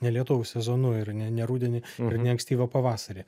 ne lietaus sezonu ir ne rudenį ir ne ankstyvą pavasarį